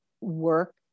work